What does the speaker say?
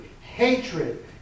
hatred